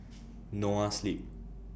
Noa Sleep